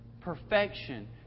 perfection